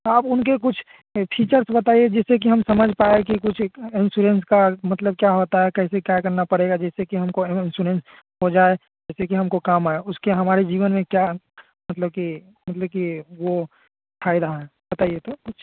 आप उनके कुछ फीचर्स बताइए जिससे कि हम समझ पाएँ कि कुछ एक इंश्योरेंस का मतलब क्या होता है कैसे क्या करना पड़ेगा जैसे कि हमको अनुवश्योरेंस हो जाए जैसे कि हमको काम आए उसके हमारे जीवन में क्या मतलब कि मतलब कि वह फ़ायदा बताइए तो कुछ